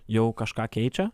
jau kažką keičia